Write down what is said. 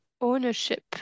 ownership